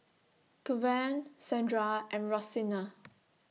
Kevan Sandra and Roseanna